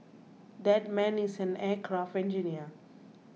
that man is an aircraft engineer